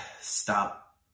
stop